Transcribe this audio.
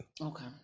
Okay